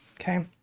Okay